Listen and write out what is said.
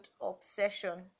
Obsession